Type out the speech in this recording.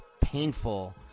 painful